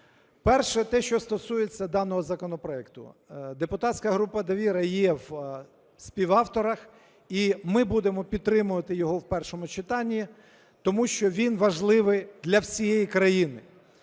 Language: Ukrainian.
Перше. Те, що стосується даного законопроекту. Депутатська група "Довіра" є в співавторах, і ми будемо підтримувати його в першому читанні, тому що він важливий для всієї країни.